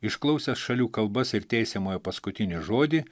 išklausęs šalių kalbas ir teisiamojo paskutinį žodį